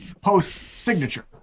post-signature